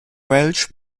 welch